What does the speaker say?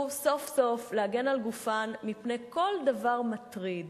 סוף-סוף להגן על גופן מפני כל דבר מטריד.